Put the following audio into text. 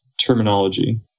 terminology